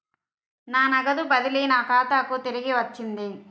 నా నగదు బదిలీ నా ఖాతాకు తిరిగి వచ్చింది